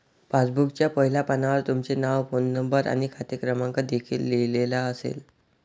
पासबुकच्या पहिल्या पानावर तुमचे नाव, फोन नंबर आणि खाते क्रमांक देखील लिहिलेला असेल